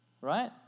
right